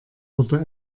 wurde